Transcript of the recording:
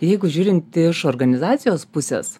jeigu žiūrint iš organizacijos pusės